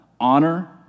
honor